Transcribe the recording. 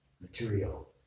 material